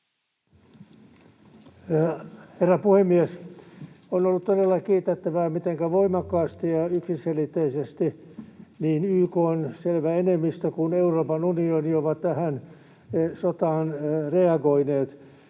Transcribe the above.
Herra puhemies! On ollut todella kiitettävää, mitenkä voimakkaasti ja yksiselitteisesti niin YK:n selvä enemmistö kuin Euroopan unioni ovat tähän sotaan reagoineet.